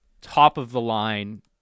top-of-the-line